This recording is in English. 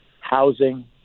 housing